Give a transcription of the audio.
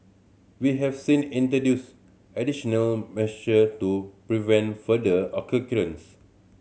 we have since introduced additional measure to prevent future occurrence